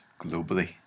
globally